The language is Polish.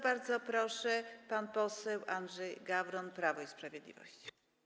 Bardzo proszę, pan poseł Andrzej Gawron, Prawo i Sprawiedliwość.